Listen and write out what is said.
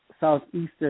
Southeastern